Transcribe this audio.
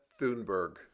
Thunberg